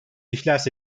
iflas